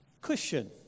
cushion